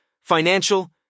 financial